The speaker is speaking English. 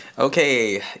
Okay